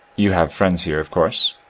you have friends here of course?